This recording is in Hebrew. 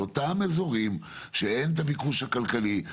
אותם אזורים שאין את הביקוש הכלכלי,